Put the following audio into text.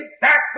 back